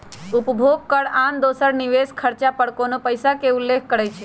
उपभोग कर आन दोसर निवेश खरचा पर कोनो पइसा के उल्लेख करइ छै